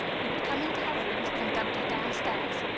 he would come into her room to conduct her downstairs,